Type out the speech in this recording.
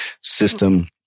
system